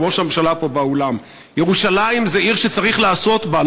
גם ראש הממשלה פה באולם: ירושלים זאת עיר שצריך לעשות בה,